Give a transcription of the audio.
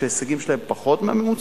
שההישגים שלהן הם פחות מהממוצע,